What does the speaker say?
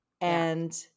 and-